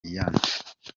iyande